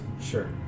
Sure